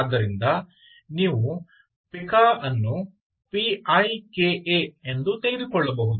ಆದ್ದರಿಂದ ನೀವು ಪಿಕಾ ಅನ್ನು ಪಿ ಐ ಕೆ ಎ ಎಂದು ತೆಗೆದುಕೊಳ್ಳಬಹುದು